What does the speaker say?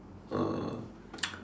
uh